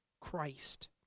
Christ